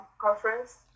conference